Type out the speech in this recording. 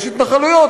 יש התנחלויות,